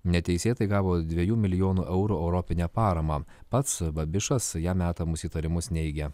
neteisėtai gavo dviejų milijonų eurų europinę paramą pats babišas jam metamus įtarimus neigia